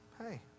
hey